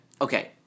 Okay